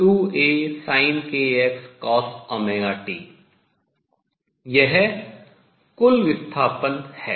2A sinkx cosωt यह कुल विस्थापन है